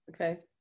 okay